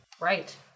Right